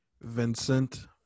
Vincent